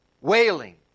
wailing